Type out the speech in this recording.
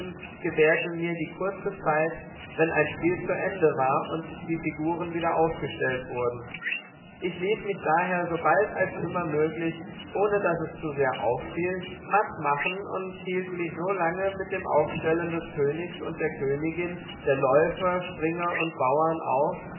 gewährte mir die kurze zeit wenn ein spiel zu ende war und die figuren wieder aufgestellt wurden ich ließ mich daher sobald als immer möglich ohne daß es zu sehr auffiel matt machen und hielt mich so lange mit dem aufstellen des königs und der königin der läufer springer und bauern auf